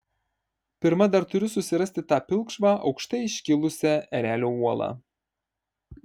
pirma dar turiu susirasti tą pilkšvą aukštai iškilusią erelio uolą